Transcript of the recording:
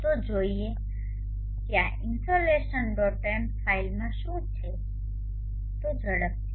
તો ચાલો જોઈએ કે આ ઇનસોલેશન ડોટ m ફાઇલમાં શું છે તે ઝડપથી